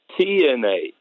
TNA